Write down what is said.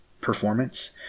performance